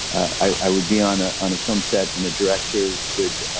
i would be on ah on a film set and the director would,